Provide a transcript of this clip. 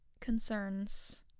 concerns